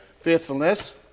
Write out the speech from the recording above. Faithfulness